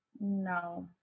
no